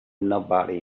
nobody